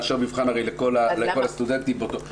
הוא מאשר מבחן לכל הסטודנטים באותו יום.